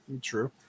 True